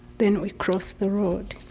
then we cross the road.